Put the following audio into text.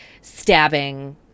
stabbing